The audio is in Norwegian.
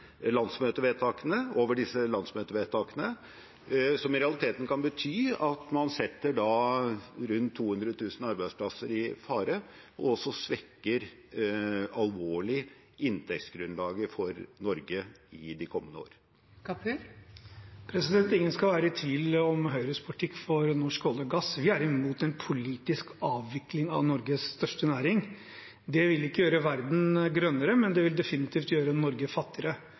landsmøtevedtakene, som i realiteten kan bety at man setter rundt 200 000 arbeidsplasser i fare og alvorlig svekker inntektsgrunnlaget for Norge i de kommende årene? Ingen skal være i tvil om Høyres politikk for norsk olje og gass. Vi er imot en politisk avvikling av Norges største næring. Det vil ikke gjøre verden grønnere, men det vil definitivt gjøre Norge fattigere.